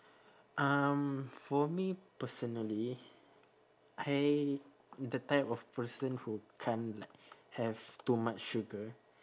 um for me personally I that type of person who can't like have too much sugar